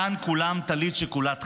כאן כולם טלית שכולה תכלת?